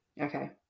Okay